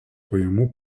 pajamų